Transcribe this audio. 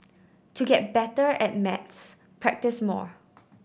to get better at maths practise more